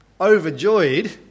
overjoyed